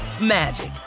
magic